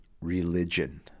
religion